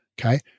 okay